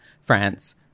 france